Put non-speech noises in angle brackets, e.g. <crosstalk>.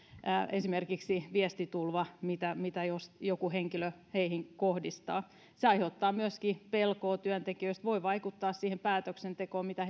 esimerkiksi se viestitulva jonka joku henkilö heihin kohdistaa se aiheuttaa myöskin pelkoa työntekijöissä ja voi vaikuttaa siihen päätöksentekoon mitä <unintelligible>